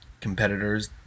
competitors